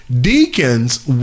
deacons